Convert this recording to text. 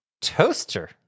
toaster